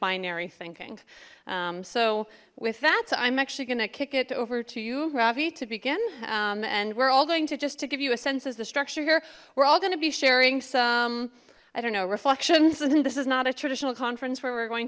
binary thinking so with that i'm actually gonna kick it over to you ravi to begin and we're all going to just to give you a sense as the structure here we're all going to be sharing some i don't know reflections this is not a traditional conference where we're going